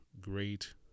great